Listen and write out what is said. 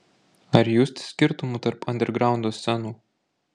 ar justi skirtumų tarp andergraundo scenų